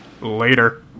Later